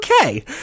okay